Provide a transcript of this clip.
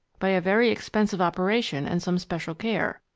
by a very expensive operation and some special care.